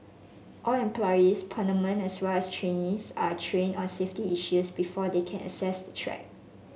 all employees permanent as well as trainees are trained on safety issues before they can access the track